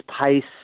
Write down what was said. pace